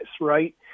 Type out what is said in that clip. right